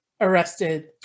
arrested